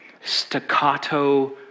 staccato